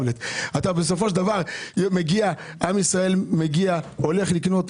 עם ישראל הולך לקנות,